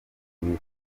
bifuza